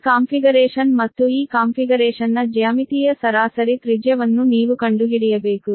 ಈ ಕಾನ್ಫಿಗರೇಶನ್ ಮತ್ತು ಈ ಕಾನ್ಫಿಗರೇಶನ್ನ ಜ್ಯಾಮಿತೀಯ ಸರಾಸರಿ ತ್ರಿಜ್ಯವನ್ನು ನೀವು ಕಂಡುಹಿಡಿಯಬೇಕು